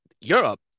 Europe